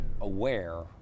aware